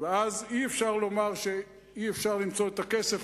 ואז אי-אפשר לומר שאי-אפשר למצוא את הכסף,